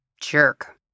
jerk